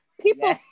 People